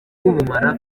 ubumara